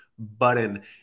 Button